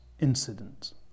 incident